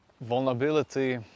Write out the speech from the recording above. Vulnerability